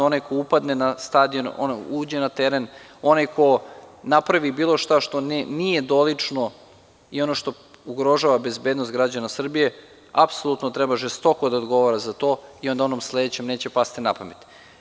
Onaj ko upadne na stadion, uđe na teren, onaj ko napravi bilo šta što nije dolično i ono što ugrožava bezbednost građana Srbije apsolutno treba žestoko da odgovara za to i onda onom sledećem neće pasti napamet.